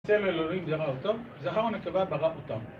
בצלם אלוהים ברא אוצו, זכר ונקבה ברא אותם.